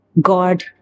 God